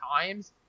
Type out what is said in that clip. times